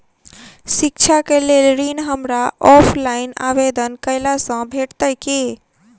शिक्षा केँ लेल ऋण, हमरा ऑफलाइन आवेदन कैला सँ भेटतय की?